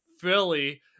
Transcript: Philly